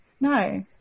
No